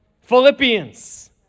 Philippians